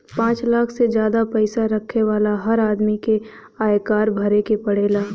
पांच लाख से जादा पईसा रखे वाला हर आदमी के आयकर भरे के पड़ेला